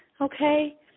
okay